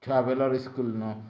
ଛୁଆବେଲର୍ school ନ